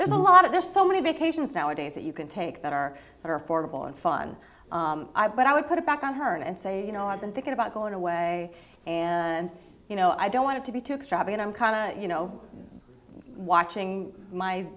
there's a lot of there's so many vacations nowadays that you can take that are that are affordable and fun but i would put it back on her and say you know i've been thinking about going away and you know i don't want to be took strapping on kind of you know watching my